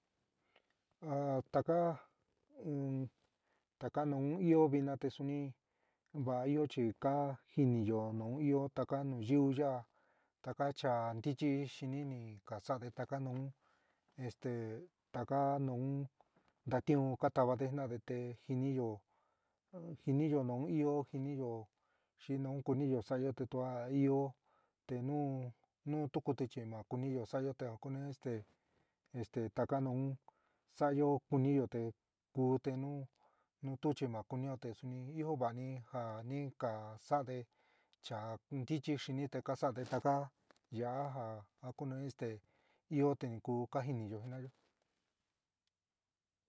A taka in taka nuú io vɨna te suni va'a ɨó chi ka jiníyo nu ɨó taka nu yiuú yaá taka cha ntɨchi xɨní ni kasa'ade taka nuú esté taka nuún ntatiún ka tavade jina'ade te jiniyo jiniyo nu ɨó, jiniyo xi nu kuniyo sa'ayo te tua, a ɨó te nu nu tukuti chi ma kúniyo sa'ayo ja kuni esté este taka nuún sa'ayo kuníyo te ku te nuu tu chi ma kunio te suni ɨó va'ani ja ni ka sa'ade cha ntɨchí xɨni te ka sa'ade taká ya'á ja ja kuni esté ɨó te kúú ka jiniyo jina'ayo.